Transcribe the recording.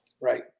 Right